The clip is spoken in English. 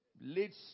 leads